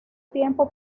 tiempo